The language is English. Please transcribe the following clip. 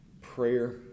prayer